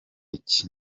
iki